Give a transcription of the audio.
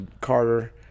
Carter